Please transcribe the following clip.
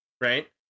right